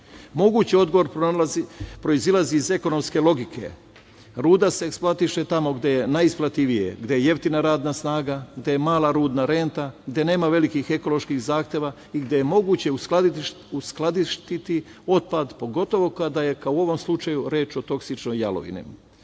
Mogući odgovor proizilazi iz ekonomske logike – ruda se eksploatiše tamo gde je najisplativije, gde je jeftina radna snaga, gde je mala rudna renta, gde nema velikih ekoloških zahteva i gde je moguće uskladištiti otpad, pogotovo kada je u ovom slučaju reč o toksičnoj jalovini. Srbija